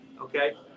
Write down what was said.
okay